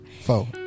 four